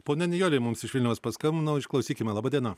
ponia nijolė mums iš vilniaus paskambino išklausykime laba diena